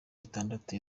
itandatu